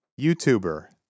YouTuber